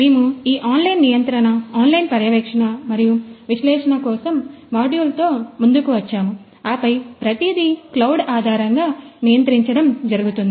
మేము ఈ ఆన్లైన్ నియంత్రణ ఆన్లైన్ పర్యవేక్షణ మరియు విశ్లేషణ కోసం మాడ్యూల్తో ముందుకు వచ్చాము ఆపై ప్రతిదీ క్లౌడ్ ఆధారంగా నియంత్రించడం జరుగుతుంది